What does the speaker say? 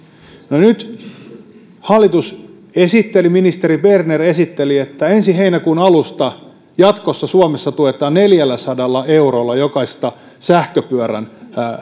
nyt hallitus esitteli ministeri berner esitteli että ensi heinäkuun alusta jatkossa suomessa tuetaan neljälläsadalla eurolla jokaista sähköpyörän